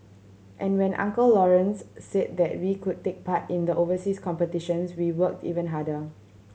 and when Uncle Lawrence said that we could take part in the overseas competitions we worked even harder